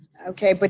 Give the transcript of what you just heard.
okay, but